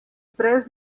brez